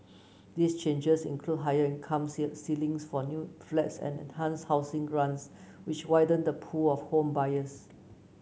these changes include higher income ceil ceilings for new flats and enhanced housing grants which widen the pool of home buyers